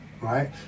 right